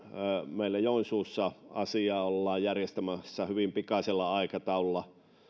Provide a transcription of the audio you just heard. meillä joensuussa asiaa ollaan järjestämässä hyvin pikaisella aikataululla